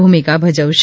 ભૂમિકા ભજવશે